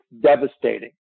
devastating